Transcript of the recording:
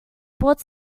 brought